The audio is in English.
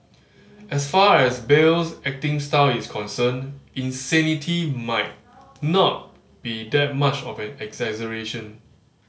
as far as Bale's acting style is concerned insanity might not be that much of an exaggeration